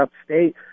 upstate